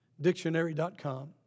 dictionary.com